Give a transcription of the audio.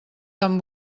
tan